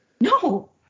No